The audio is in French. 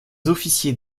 officiers